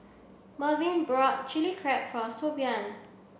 Mervyn bought chilli crab for Siobhan